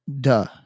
duh